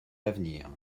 d’avenir